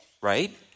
right